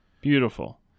Beautiful